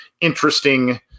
interesting